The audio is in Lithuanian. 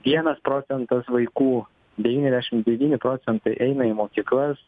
vienas procentas vaikų devyniasdešim devyni procentai eina į mokyklas